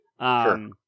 Sure